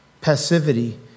Passivity